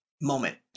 moment